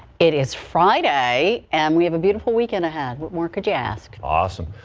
it is friday and we have a beautiful weekend ahead were were could you ask awesome.